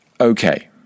Okay